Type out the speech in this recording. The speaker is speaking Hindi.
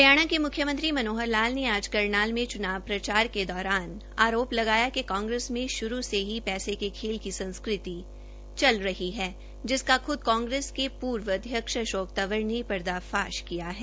हरियाणा के मुख्यमंत्री मनोहर लाल ने आज करनाल मे चुनाव प्रचार के दौरान आरोप लगाया कि कांग्रेस में शुरू से ही पैसे के खेल की संस्कृति रही है जिसका ख्द कांग्रेस के पूर्वअध्यक्ष अशोक तंवर ने पर्दाफाश किया है